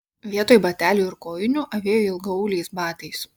vietoj batelių ir kojinių avėjo ilgaauliais batais